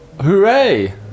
hooray